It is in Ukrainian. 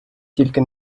тільки